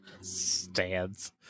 stands